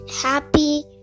happy